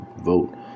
vote